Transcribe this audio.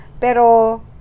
Pero